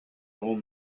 old